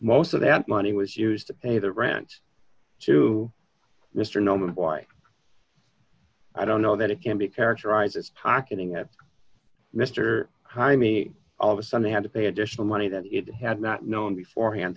most of that money was used to pay the rent to mr norman was i don't know that it can be characterized as pocketing it mr jaime all of a sudden had to pay additional money that it had not known beforehand